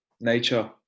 nature